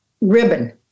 ribbon